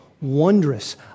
wondrous